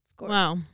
Wow